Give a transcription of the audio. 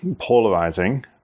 polarizing